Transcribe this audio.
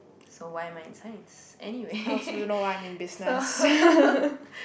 so why am I in Science anyway so